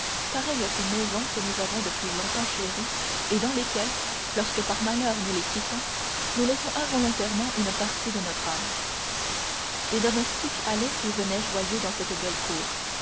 pareille à ces maisons que nous avons depuis longtemps chéries et dans lesquelles lorsque par malheur nous les quittons nous laissons involontairement une partie de notre âme des domestiques allaient et venaient joyeux dans cette belle cour